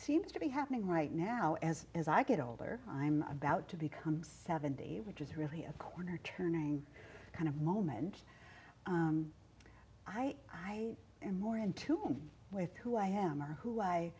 seems to be happening right now as as i get older i'm about to become seventy which is really a corner turning kind of moment i i am more in tune with who i am or who i